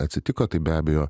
atsitiko taip be abejo